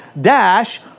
dash